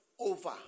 over